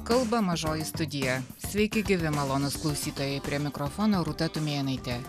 kalba mažoji studija sveiki gyvi malonūs klausytojai prie mikrofono rūta tumėnaitė